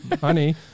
Honey